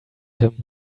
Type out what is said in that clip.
him